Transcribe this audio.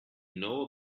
know